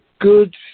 good